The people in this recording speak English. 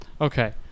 Okay